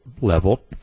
level